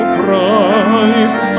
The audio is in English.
Christ